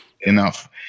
enough